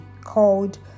called